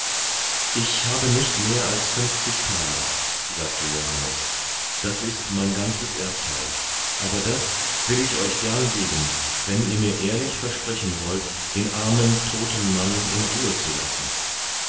ich habe nicht mehr als fünfzig thaler sagte johannes das ist mein ganzes erbteil aber das will ich euch gern geben wenn ihr mir ehrlich versprechen wollt den armen toten mann in ruhe zu lassen